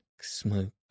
Smoke